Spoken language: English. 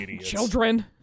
Children